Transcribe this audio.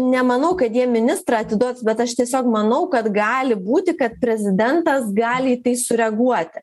nemanau kad jie ministrą atiduos bet aš tiesiog manau kad gali būti ka prezidentas gali į tai sureaguoti